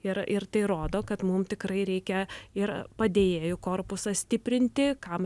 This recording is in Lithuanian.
ir ir tai rodo kad mum tikrai reikia ir padėjėjų korpusą stiprinti kam